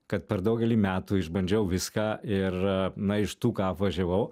kad per daugelį metų išbandžiau viską ir na iš tų ką apvažiavau